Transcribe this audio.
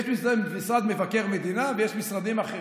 יש בישראל משרד מבקר המדינה ויש משרדים אחרים.